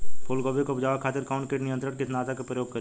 फुलगोबि के उपजावे खातिर कौन कीट नियंत्री कीटनाशक के प्रयोग करी?